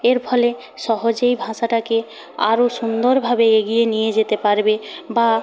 এর ফলে সহজেই ভাষাটাকে আরও সুন্দরভাবে এগিয়ে নিয়ে যেতে পারবে বা